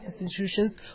institutions